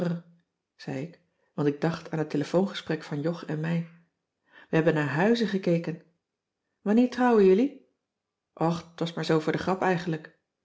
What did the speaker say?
zei ik want ik dacht aan het telefoongesprek van jog en mij we hebben naar huizen gekeken wanneer trouwen jullie och t was maar zoo voor de grap eigenlijk